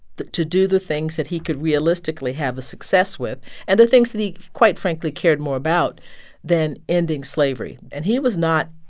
to do the things that he could realistically have a success with and the things that he, quite frankly, cared more about than ending slavery. and he was not,